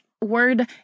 word